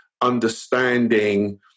understanding